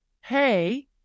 Hey